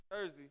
jersey